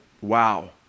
wow